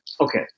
Okay